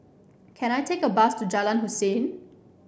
can I take a bus to Jalan Hussein